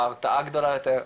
ההרתעה גדולה יותר,